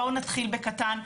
בואו נתחיל בקטן.